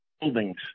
buildings